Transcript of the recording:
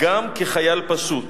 גם כחייל פשוט.